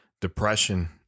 depression